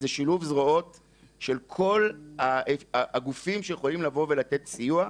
זה שילוב זרועות של כל הגופים שיכולים לבוא ולתת סיוע.